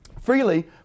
freely